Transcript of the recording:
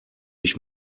ich